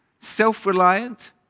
self-reliant